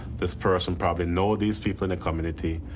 this person probably knows these people in the community,